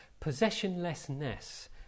Possessionlessness